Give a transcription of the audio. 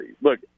look